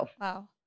Wow